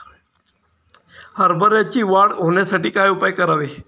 हरभऱ्याची वाढ होण्यासाठी काय उपाय करावे?